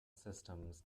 systems